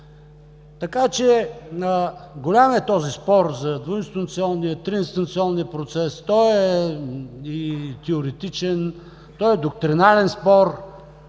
Така че голям е този спор за двуинстанционния, за триинстанционния процес. Той е и теоретичен, той е доктринален спор.